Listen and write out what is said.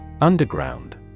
Underground